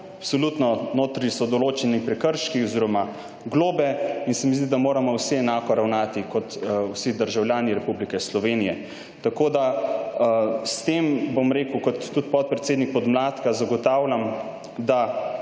absolutno notri so določeni prekrški oziroma globe in se mi zdi, da moramo vsi enako ravnati kot vsi državljani Republike Slovenije. Tako, da s tem, bom rekel, kot tudi podpredsednik podmladka zagotavljam, da